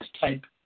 type